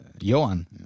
Johan